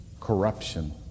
corruption